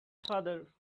father